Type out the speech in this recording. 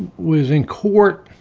was in court,